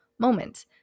moment